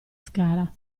scala